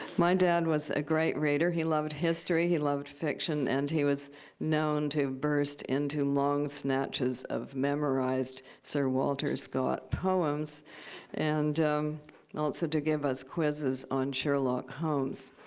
my dad was a great reader. he loved history. he loved fiction. and he was known to burst into long snatches of memorized sir walter scott poems and also to give us quizzes on sherlock holmes,